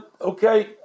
Okay